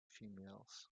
females